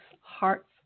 hearts